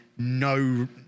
no